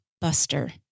buster